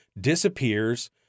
disappears